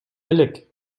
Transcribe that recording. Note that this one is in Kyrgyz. элек